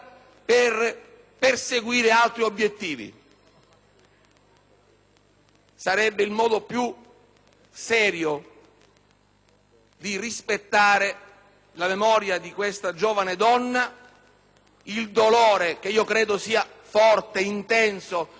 Sarebbe il modo più serio di rispettare la memoria di questa giovane donna e il dolore, che io credo forte ed intenso, di una famiglia provata da un'esperienza, e che ha